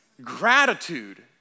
Gratitude